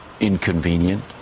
inconvenient